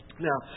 Now